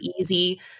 easy